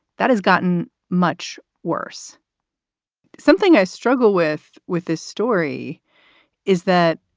that has gotten much worse something i struggle with with this story is that